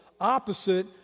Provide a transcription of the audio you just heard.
opposite